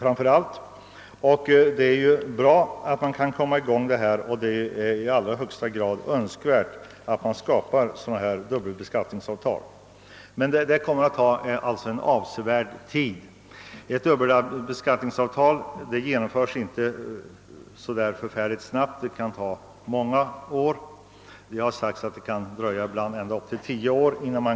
Jag vill understryka att det är i högsta grad önskvärt att dubbelbeskattningsavtal upprättas, men det kommer att ta avsevärd tid, eftersom ett dubbelbeskattningsavtal inte kan genomföras så särskilt snabbt. Det kan dröja många år, ja, enligt uppgift upp till tio år.